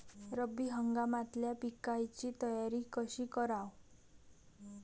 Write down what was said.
रब्बी हंगामातल्या पिकाइची तयारी कशी कराव?